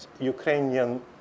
Ukrainian